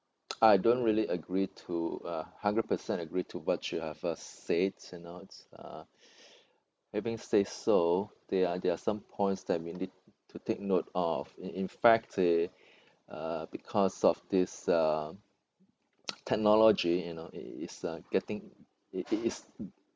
I don't really agree to a hundred percent agree to what you have uh said you know uh having say so there are there are some points that we need to take note of in fact uh because of this uh technology you know it's uh getting it is